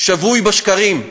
שבוי בשקרים,